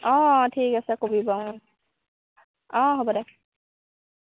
অঁ ঠিক আছে কবি বাৰু অঁ অঁ হ'ব দে